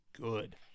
good